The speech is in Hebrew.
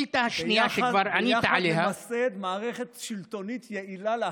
ביחד נמסד מערכת שלטונית יעילה להחריד.